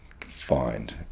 find